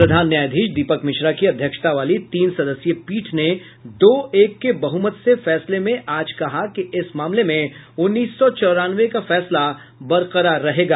प्रधान न्यायाधीश दीपक मिश्रा की अध्यक्षता वाली तीन सदस्यीय पीठ ने दो एक के बहुमत से फैसले में आज कहा कि इस मामले में उन्नीस सौ चौरानवे का फैसला बरकरार रहेगा